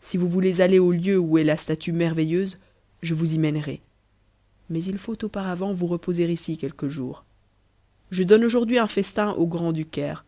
si vous voulez aller au heu où est la statue merveilleuse je vous y mènerai mais il faut auparavant vous reposer ici quelques jours je donne aujourd'hui un festin aux grands du caire